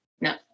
No